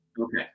Okay